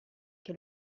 che